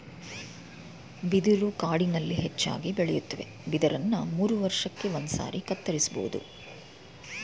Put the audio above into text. ಬಿದಿರು ಕಾಡಿನಲ್ಲಿ ಹೆಚ್ಚಾಗಿ ಬೆಳೆಯುತ್ವೆ ಬಿದಿರನ್ನ ಮೂರುವರ್ಷಕ್ಕೆ ಒಂದ್ಸಾರಿ ಕತ್ತರಿಸ್ಬೋದು